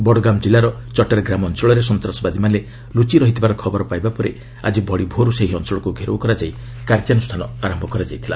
ବଡ଼ଗାମ୍ କିଲ୍ଲାର ଚଟେର୍ଗ୍ରାମ ଅଞ୍ଚଳରେ ସନ୍ତାସବାଦୀମାନେ ଲୁଚି ରହିଥିବାର ଖବର ପାଇଲା ପରେ ଆଜି ବଡ଼ିଭୋର୍ରୁ ସେହି ଅଞ୍ଚଳକୁ ଘେରାଉ କରାଯାଇ କାର୍ଯ୍ୟାନୁଷ୍ଠାନ ଆରମ୍ଭ କରାଯାଇଥିଲା